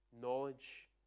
knowledge